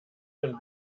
ein